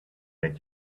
that